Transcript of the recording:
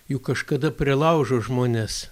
juk kažkada prie laužo žmonės